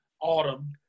Autumn